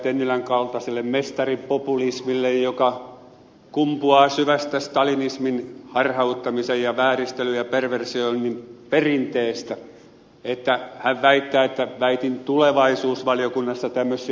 tennilän kaltaiselle mestaripopulismille joka kumpuaa syvästä stalinismin harhauttamisen ja vääristelyn ja perversioinnin perinteestä kun hän väittää että väitin tulevaisuusvaliokunnasta tämmöisiä